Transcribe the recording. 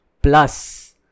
plus